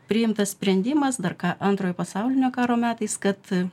priimtas sprendimas dar ką antrojo pasaulinio karo metais kad